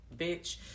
bitch